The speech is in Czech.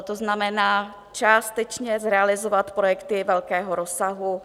To znamená částečně zrealizovat projekty velkého rozsahu.